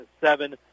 seven